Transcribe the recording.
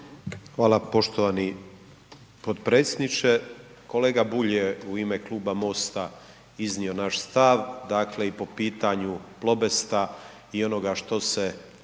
Hvala poštovani potpredsjedniče. Kolega Bulj je u ime Kluba MOST-a iznio naš stav, dakle i po pitanju Plobesta i onoga što se